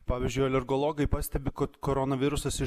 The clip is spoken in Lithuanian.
pavyzdžiui alergologai pastebi kad koronavirusas į